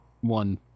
one